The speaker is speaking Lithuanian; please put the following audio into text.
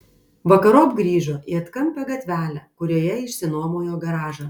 vakarop grįžo į atkampią gatvelę kurioje išsinuomojo garažą